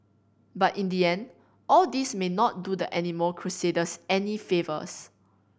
but in the end all this may not do the animal crusaders any favours